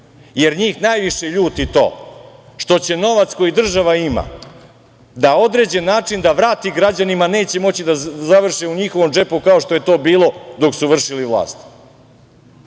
Jer njih najviše ljuti to što će novac koji država ima na određen način da vrati građanima, neće moći da završi u njihovom džepu kao što je to bilo dok su vršili vlast.